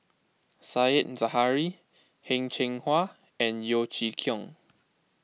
Said Zahari Heng Cheng Hwa and Yeo Chee Kiong